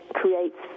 creates